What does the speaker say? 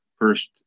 first